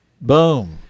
Boom